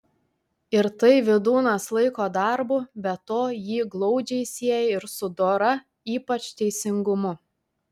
ir tai vydūnas laiko darbu be to jį glaudžiai sieja ir su dora ypač teisingumu